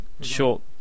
short